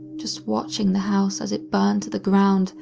just watching the house as it burned to the ground,